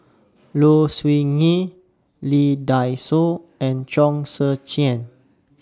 Low Siew Nghee Lee Dai Soh and Chong Tze Chien